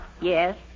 Yes